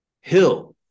Hill